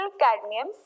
cadmium